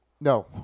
No